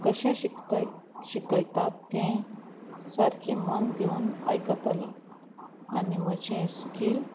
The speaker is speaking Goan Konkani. कशें शिकताय शिकयतात तें सारकें मन दिवन आयकतलें आनी म्हजें स्कील